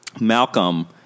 Malcolm